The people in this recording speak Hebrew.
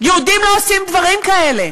יהודים לא עושים דברים כאלה,